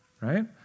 right